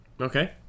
Okay